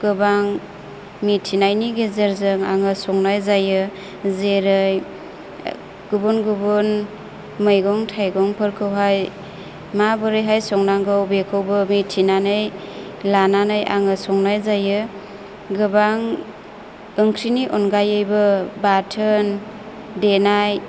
गोबां मिथिनायनि गेजेरजों आङो संनाय जायो जेरै गुबुन गुबुन मैगं थाइगं फोरखौहाय माबोरैहाय संनांगौ बेखौबो मिथिनानै लानानै आङो संनाय जायो गोबां ओंख्रिनि अनगायैबो बाथोन देनाय